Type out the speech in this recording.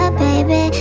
baby